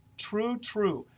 true, true.